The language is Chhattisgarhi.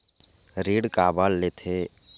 ऋण काबर लेथे?